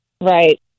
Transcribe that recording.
right